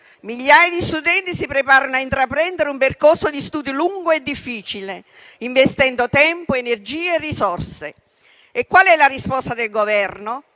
Migliaia di studenti si preparano a intraprendere un percorso di studio lungo e difficile, investendo tempo, energie, risorse. E qual è la risposta del Governo